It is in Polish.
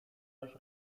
coś